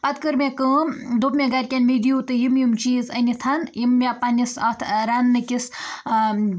پَتہٕ کٔر مےٚ کٲم دوٚپ مےٚ گَرِکٮ۪ن مےٚ دِیو تُہۍ یِم یِم چیٖز أنِتھ یِم مےٚ پَنٕنِس اَتھ رَنٕنہٕ کِس